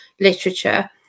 literature